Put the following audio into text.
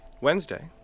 Wednesday